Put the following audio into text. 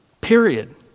period